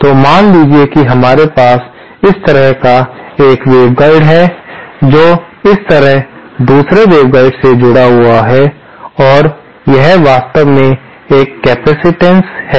तो मान लीजिए कि हमारे पास इस तरह का एक वेवगाइड है जो इस तरह दूसरे वेवगाइड से जुड़ा हुआ है और यह वास्तव में एक कैपेसिटेंस है